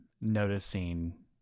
noticing